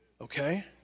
Okay